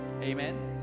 amen